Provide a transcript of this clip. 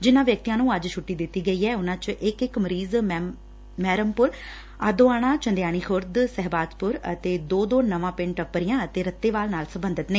ਜਿਨ੍ਹਾਂ ਵਿਅਕਤੀਆਂ ਨ੍ਰੰ ਅੱਜ ਛੁੱਟੀ ਦਿੱਤੀ ਗਈ ਏ ਉਨ੍ਹਾਂ 'ਚ ਇਕ ਇਕ ਮਰੀਜ ਮਹਿਰਮਪੁਰ ਆਦੋਆਣਾ ਚੰਦਿਆਣੀ ਖੁਰਦ ਸਹਿਬਾਜਪੁਰ ਅਤੇ ਦੋ ਦੋ ਨਵਾਂ ਪਿੰਡ ਟੱਪਰੀਆਂ ਅਤੇ ਰੱਤੇਵਾਲ ਨਾਲ ਸਬੰਧਤ ਨੇ